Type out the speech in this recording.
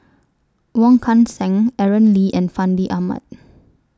Wong Kan Seng Aaron Lee and Fandi Ahmad